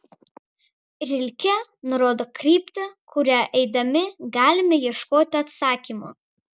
rilke nurodo kryptį kuria eidami galime ieškoti atsakymo